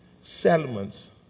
settlements